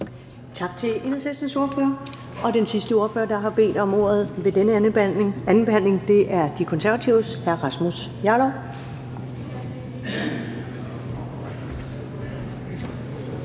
Tak til Enhedslistens ordfører. Den sidste ordfører, der har bedt om ordet ved denne andenbehandling, er De Konservatives hr. Rasmus Jarlov.